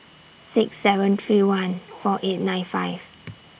six seven three one four eight nine five